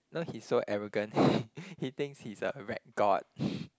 you know he's so arrogant he he thinks he's a rec god